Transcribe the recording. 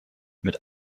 mit